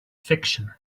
fiction